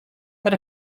but